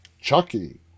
Chucky